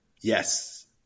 Yes